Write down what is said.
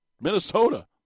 Minnesota